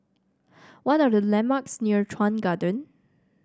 what are the landmarks near Chuan Garden